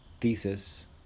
thesis